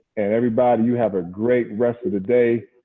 and everybody, you have a great rest of the day.